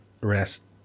rest